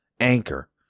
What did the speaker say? Anchor